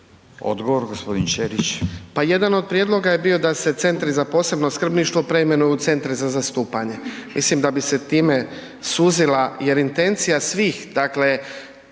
Odgovor gospodin Ćelić.